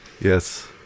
yes